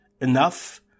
enough